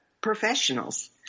professionals